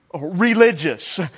religious